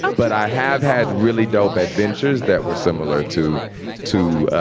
ah but i have had really dope adventures that were similar to to